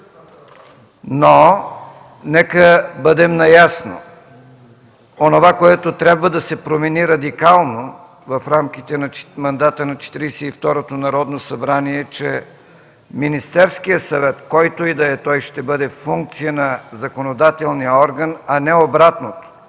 но нека бъдем наясно – онова, което трябва да се промени радикално в рамките на мандата на Четиридесет и второто Народно събрание, е, че Министерският съвет, който и да е той, ще бъде функция на законодателния орган, а не обратното.